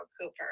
cooper